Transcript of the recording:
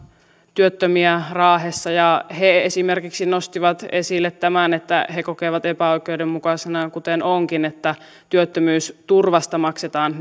työttömiä raahessa ja he nostivat esille esimerkiksi tämän että he kokevat epäoikeudenmukaisena kuten onkin että työttömyysturvasta maksetaan